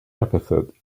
epithet